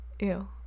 ew